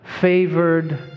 favored